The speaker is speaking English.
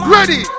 Ready